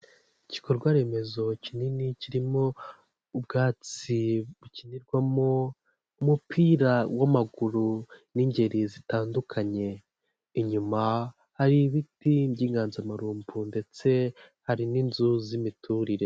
Igikorwa remezo kinini kirimo, ubwatsi bukinirwamo umupira w'amaguru n'ingeri zitandukanye, inyuma hari ibiti by'inganzamarumbu ndetse hari n'inzu z'imiturire.